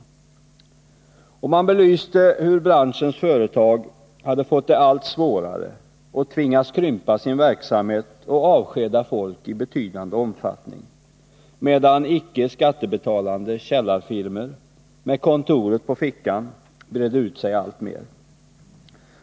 De uppvaktande belyste hur branschens företag fått det allt svårare, tvingats krympa sin verksamhet och avskeda folk i betydande omfattning, medan icke skattebetalande källarfirmor med kontoret på fickan brett ut sig alltmer.